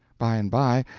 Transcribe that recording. by and by,